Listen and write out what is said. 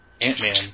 Ant-Man